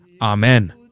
Amen